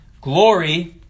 Glory